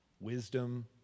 wisdom